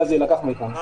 הכלי הזה יילקח מאיתנו.